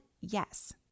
yes